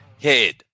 head